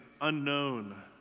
unknown